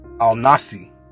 Al-Nasi